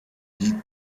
die